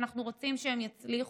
ואנחנו רוצים שהם יצליחו.